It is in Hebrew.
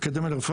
אקדמיה לרפואה,